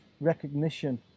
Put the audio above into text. recognition